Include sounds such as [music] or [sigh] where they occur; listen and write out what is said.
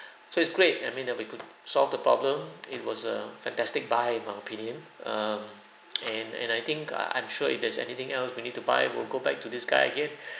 [breath] so it's great I mean that we could solve the problem it was err fantastic by my opinion um [noise] and and I think uh I'm sure if there's anything else we need to buy we'll go back to this guy again [breath]